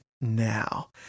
now